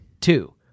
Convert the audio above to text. Two